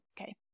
Okay